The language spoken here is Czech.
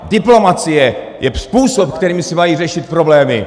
Diplomacie je způsob, kterým se mají řešit problémy.